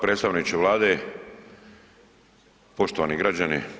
Predstavničke Vlade, poštovani građani.